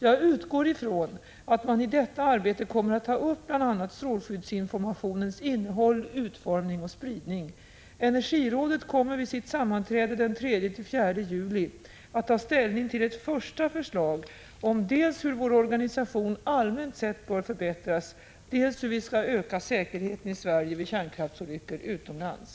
Jag utgår från att man i detta arbete kommer att ta upp bl.a. strålskyddsinformationens innehåll, utformning och spridning. Energirådet kommer vid sitt sammanträde den 3-4 juli att ta ställning till ett första förslag om dels hur vår organisation allmänt sett bör förbättras, dels hur vi skall öka säkerheten i Sverige vid kärnkraftsolyckor utomlands.